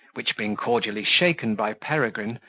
which being cordially shaken by peregrine,